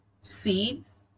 seeds